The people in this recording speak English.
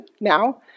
now